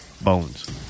bones